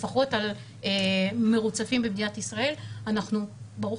לפחות על מרוצפים במדינת ישראל: ברוך